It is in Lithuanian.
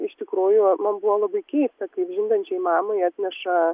iš tikrųjų man buvo labai keista kai žindančiai mamai atneša